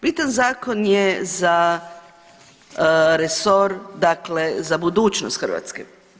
Bitan zakon je za resor dakle za budućnost Hrvatske.